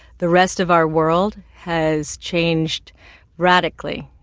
the rest of our world has changed radically,